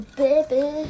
baby